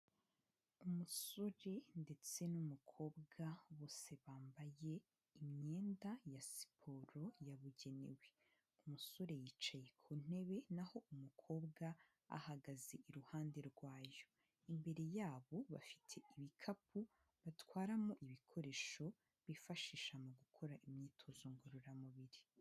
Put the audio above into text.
Umusore ndetse n'umukobwa, bose bambaye imyenda ya siporo yabugenewe, umusore yicaye ku ntebe naho umukobwa ahagaze iruhande rwayo, imbere yabo bafite ibikapu batwaramo ibikoresho bifashisha mu gukora imyitozo ngororamubiri.